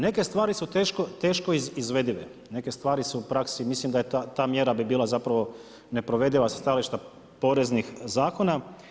Neke stvari su teško izvedive, neke stvari su u praksi, mislim da bi ta mjera bi bila zapravo neprovediva sa stajališta poreznih zakona.